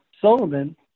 Solomon